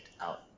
out